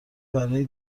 برای